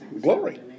Glory